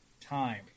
time